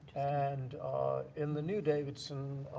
and in the new davidson,